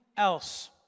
else